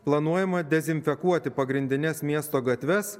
planuojama dezinfekuoti pagrindines miesto gatves